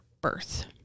birth